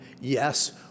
yes